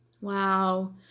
Wow